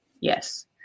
Yes